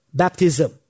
baptism